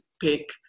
pick